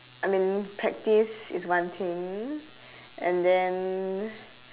I mean practice is one thing and then